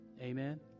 Amen